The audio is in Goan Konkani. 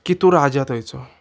की तूं राजा थंयचो